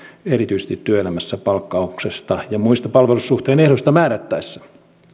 erityisesti työelämässä palkkauksesta ja muista palvelussuhteen ehdoista määrättäessä